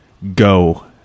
go